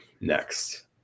next